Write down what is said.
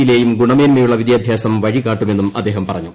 യി ലെയും ഗുണമേന്മയുളള വിദ്യാഭ്യാസം വഴികാട്ടുമെന്നും അദ്ദേഹം പറഞ്ഞു